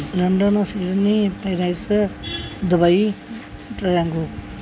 London Sydney Paris Dubai